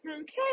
okay